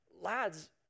lads